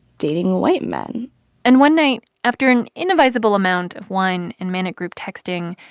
dating white men and one night, after an inadvisable amount of wine and manic group texting,